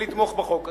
ולתמוך בחוק הזה.